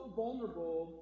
vulnerable